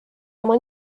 oma